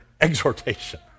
exhortation